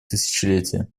тысячелетия